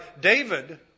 David